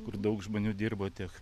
kur daug žmonių dirbo tiek